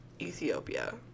Ethiopia